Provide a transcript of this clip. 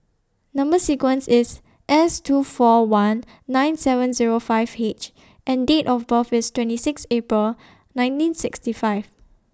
Number sequence IS S two four one nine seven Zero five H and Date of birth IS twenty six April nineteen sixty five